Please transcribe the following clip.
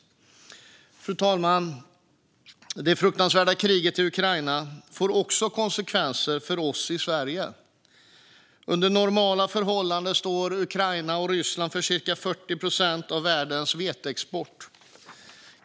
Fru talman! Det fruktansvärda kriget i Ukraina får också konsekvenser för oss i Sverige. Under normala förhållanden står Ukraina och Ryssland för cirka 40 procent av världens veteexport.